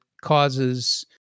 causes